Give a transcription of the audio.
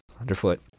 Underfoot